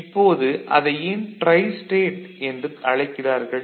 இப்போது அதை ஏன் ட்ரைஸ்டேட் என்று அழைக்கிறார்கள்